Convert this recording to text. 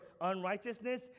unrighteousness